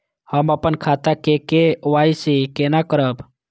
हम अपन खाता के के.वाई.सी केना करब?